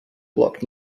block